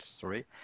sorry